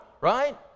right